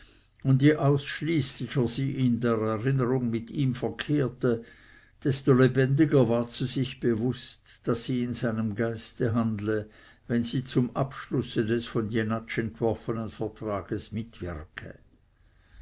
und je ausschließender sie in der erinnerung mit ihm verkehrte desto lebendiger ward sie sich bewußt daß sie in seinem geiste handle wenn sie zum abschlusse des von jenatsch entworfenen vertrages mitwirke